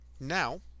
Now